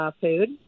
food